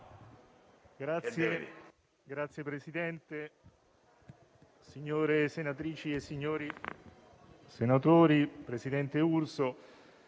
Signor Presidente, signore senatrici e signori senatori, presidente Urso,